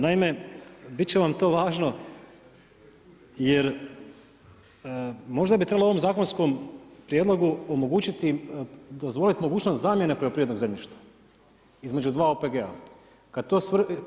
Naime, bit će vam to važno jer možda bi trebalo u ovom zakonskom prijedlogu omogućiti, dozvolit mogućnost zamjene poljoprivrednog zemljišta između dva OPG-a.